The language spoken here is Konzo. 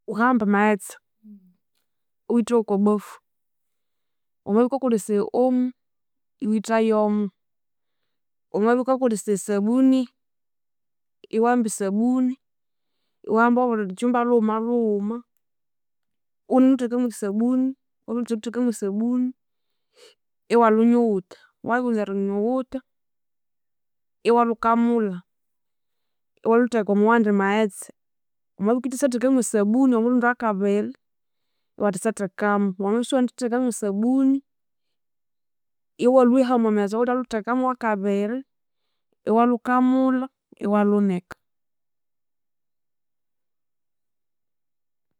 Wukahamba amaghetse iwithawu okwabafu wamabya iwukakolhesaya omo iwithayomo wamabya iwukakolesaya esabuni iwahamba esabuni iwahamba obuli lhukyimba lhughuma lhughuma iwunemutheka mwesabuni, wabiwunzatheka mwesabuni iwalhunyuwutha wabirighunza erilhunyuwutha iwalhukamulha iwalhutheka omwawandi maghetse, wamabya iwukethasyatheka mwesabuni omurundi wakabiri, iwathasyathekamu. Wamabya isiwendithekamu esabuni iwalwiha mwamaghetse awawulyalhuthekamu awakabiri iwalhukamulha iwalhunika